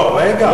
לא, רגע.